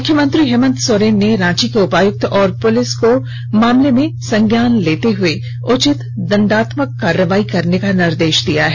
मुख्यमंत्री हेमंत सोरेन ने रांची के उपायुक्त और पुलिस को मामले में संज्ञान लेते हुए उचित दंडात्मक कार्रवाई करने का निर्देष दिया है